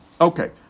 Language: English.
Okay